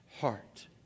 heart